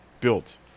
built